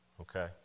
okay